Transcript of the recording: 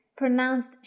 pronounced